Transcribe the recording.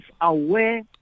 aware